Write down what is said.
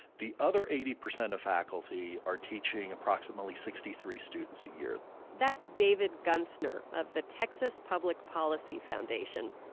the other eighty percent of faculty are teaching approximately sixty three students a year that's david guenthner of the texas public policy foundation.